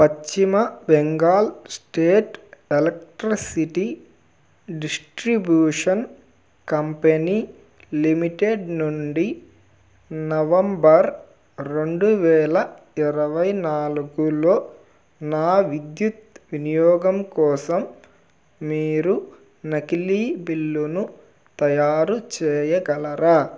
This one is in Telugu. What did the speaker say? పశ్చిమ Bengal state electricity distribution company limited నుండి నవంబర్ రెండువేల ఇరవై నాలుగులో నా విద్యుత్ వినియోగం కోసం మీరు నకిలీ బిల్లును తయారు చేయగలరా